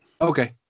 Okay